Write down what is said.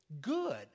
good